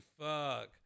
fuck